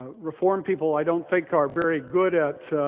reformed people, i don't think, are very good at